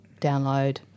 download